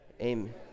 Amen